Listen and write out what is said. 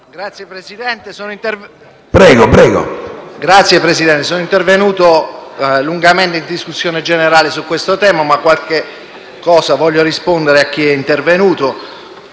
Signor Presidente, sono intervenuto lungamente in discussione generale su questo tema, ma qualche risposta voglio dare a chi è intervenuto,